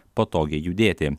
patogiai judėti